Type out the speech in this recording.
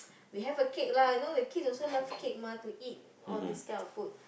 we have a cake lah you know the kid also love cake mah to eat all this kind of food